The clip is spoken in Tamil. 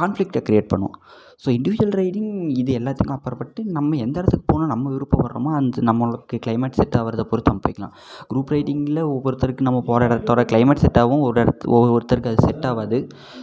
கான்ஃபிலிக்ட்டை கிரியேட் பண்ணும் ஸோ இண்டிவிஜுவல் ரைடிங் இது எல்லாத்துக்கும் அப்பாற்பட்டு நம்ம எந்த இடத்துக்கு போகணுன் நம்ம விருப்பப்படுகிறோமோ அந்த நம்மளோட கிளைமேட் செட் ஆகிறத பொறுத்து நம்ம போயிக்கலாம் குரூப் ரைடிங்கில் ஒவ்வொருத்தருக்கு நம்ம போகிற இடத்தோட கிளைமேட் செட் ஆகும் ஒரு ஒவ்வொருத்தருக்கு அது செட் ஆகாது